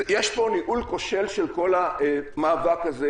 יש פה ניהול כושל של כל המאבק הזה,